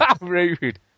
rude